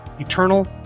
eternal